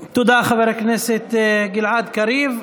תודה, חבר הכנסת גלעד קריב.